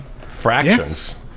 Fractions